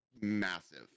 massive